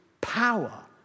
power